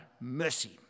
mercy